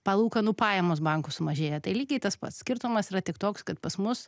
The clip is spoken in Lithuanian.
palūkanų pajamos bankų sumažėja tai lygiai tas pats skirtumas yra tik toks kad pas mus